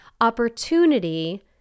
opportunity